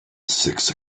six